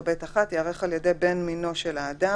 או (ב1) ייערך על ידי בן מינו של האדם,